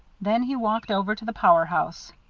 then he walked over to the power house.